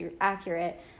accurate